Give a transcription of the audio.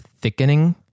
thickening